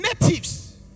Natives